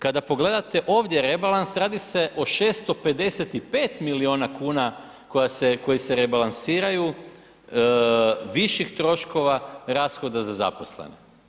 Kada pogledate ovdje rebalans radi se o 655 milijuna kuna koji se rebalansiraju viših troškova rashoda za zaposlene.